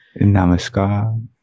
Namaskar